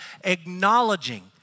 acknowledging